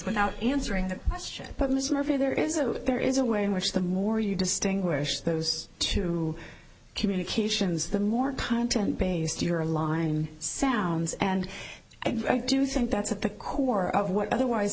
without answering that question but in this interview there is a there is a way in which the more you distinguish those two communications the more content based your line sounds and i do think that's at the core of what otherwise